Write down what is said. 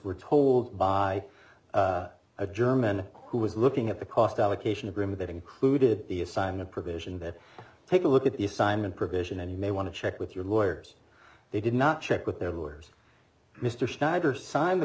were told by a german who was looking at the cost allocation agreement that included the assigning a provision that take a look at the assignment provision and you may want to check with your lawyers they did not check with their lawyers mr snyder signed the